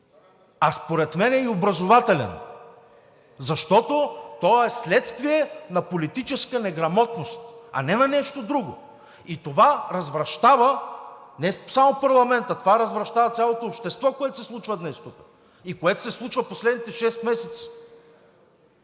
а според мен е и образователен, защото е следствие на политическа неграмотност, а не на нещо друго! И това развращава не само парламента – развращава цялото общество, което се случва днес тук и което се случва в последните шест месеца!